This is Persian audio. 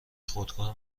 خودکار